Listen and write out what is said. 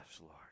Lord